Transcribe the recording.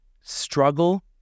struggle